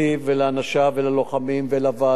ללשכה המשפטית שלך,